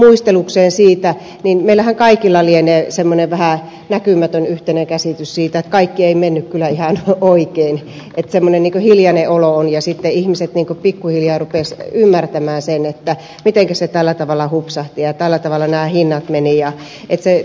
pulliaisen muistelukseen että meillähän kaikilla lienee semmoinen vähän näkymätön yhteinen käsitys siitä että kaikki ei mennyt kyllä ihan oikein että semmoinen hiljainen olo on ja sitten ihmiset pikku hiljaa rupesivat ymmärtämään sen mitenkä se tällä tavalla hupsahti ja tällä tavalla nämä hinnat menivät